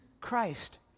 Christ